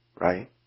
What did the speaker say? right